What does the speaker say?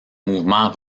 mouvements